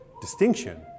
distinction